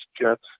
jets